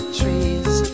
trees